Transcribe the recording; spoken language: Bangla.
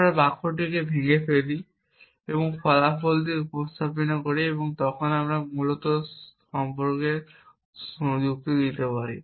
আমরা বাক্যটি ভেঙে ফেলি এবং ফলাফল দিয়ে উপস্থাপন করি যা আমরা তখন মূলত সম্পর্কে যুক্তি দিতে পারি